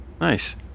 Nice